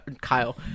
Kyle